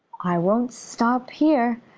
i won't stop here!